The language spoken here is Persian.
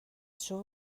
شما